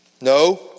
No